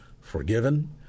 forgiven